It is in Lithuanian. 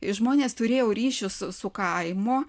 ir žmonės turėjo ryšius su su kaimu